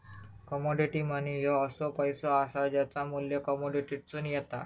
commodity money ह्यो असो पैसो असा ज्याचा मू्ल्य कमोडिटीतसून येता